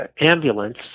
ambulance